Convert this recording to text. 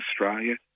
Australia